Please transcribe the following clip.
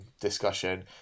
discussion